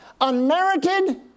Unmerited